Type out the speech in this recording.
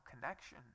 connection